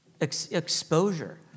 exposure